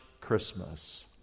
Christmas